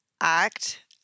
act